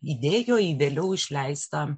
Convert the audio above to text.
įdėjo į vėliau išleistą